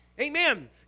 Amen